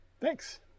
Thanks